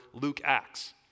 Luke-Acts